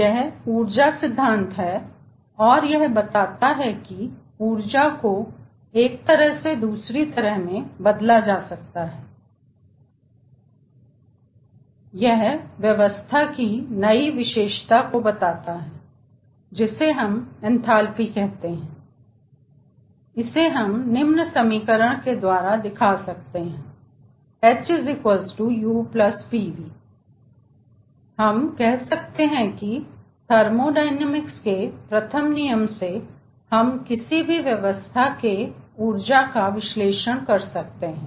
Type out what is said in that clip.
यह है ऊर्जा सिद्धांत है और यह बताता है की उर्जा को एक तरह से दूसरी तरह में बदला जा सकता है और यह है व्यवस्था की नई विशेषता को बताता है जिसे हम एंथैल्पी कहते हैं और यह निम्न समीकरण के द्वारा दिखाई जाती है h u pv तो हम यह कह सकते हैं की थर्मोडायनेमिक्स के प्रथम नियम से हम किसी भी व्यवस्था के ऊर्जा का विश्लेषण कर सकते हैं